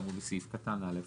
כאמור בסעיף קטן (א).